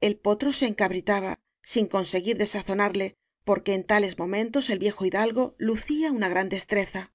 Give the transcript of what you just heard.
el potro se encabritaba sin conse guir desazonarle porque en tales momentos el viejo hidalgo lucía una gran destreza